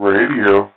Radio